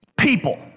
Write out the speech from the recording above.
People